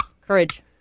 Courage